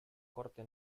corte